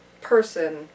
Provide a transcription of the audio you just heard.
person